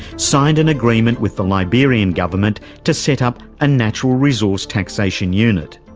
signed an agreement with the liberian government to set up a natural resource taxation unit.